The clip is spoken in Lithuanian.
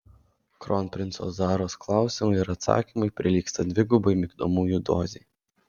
kronprinco zaros klausimai ir atsakymai prilygsta dvigubai migdomųjų dozei